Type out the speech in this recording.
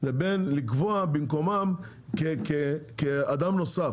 לבין לקבוע במקומם כאדם נוסף,